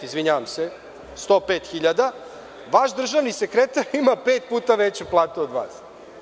Izvinjavam se, 105.000, a vaš državni sekretar ima pet puta veću platu od vas.